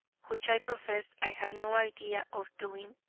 which i profess i have no idea of doing,